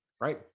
Right